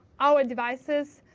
our devices,